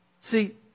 See